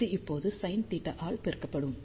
இது இப்போது sin θ ஆல் பெருக்கப்படும்